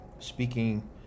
Speaking